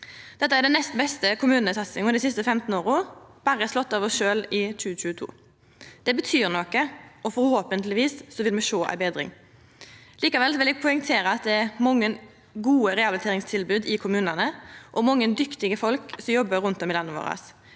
Dette er den nest beste kommunesatsinga dei siste 15 åra, berre slått av oss sjølve i 2022. Det betyr noko, og forhåpentlegvis vil me sjå ei betring. Likevel vil eg poengtera at det er mange gode rehabiliteringstilbod i kommunane og mange dyktige folk som jobbar rundt om i landet vårt.